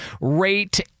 rate